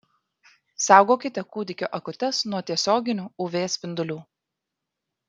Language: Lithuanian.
saugokite kūdikio akutes nuo tiesioginių uv spindulių